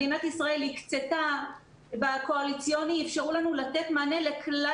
מדינת ישראל הקצתה בקואליציוני אפשרו לנו לתת מענה לכלל